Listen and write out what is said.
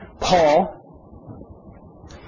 Paul